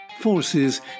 forces